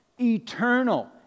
eternal